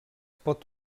pot